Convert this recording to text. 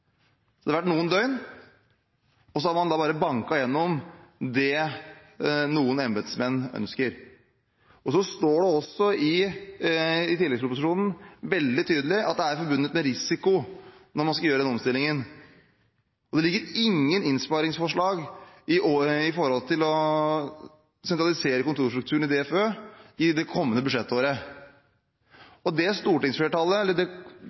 så har man bare banket gjennom det noen embedsmenn ønsker. Det står også veldig tydelig i tilleggsproposisjonen at det er forbundet med risiko når man skal gjøre den omstillingen. Det ligger ingen innsparingsforslag når det gjelder å sentralisere kontorstrukturen i DFØ i det kommende budsjettåret. Det stortingsflertallet – eller det